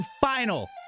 final